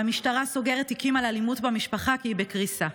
והמשטרה סוגרת תיקים על אלימות במשפחה כי היא בקריסה.